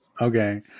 Okay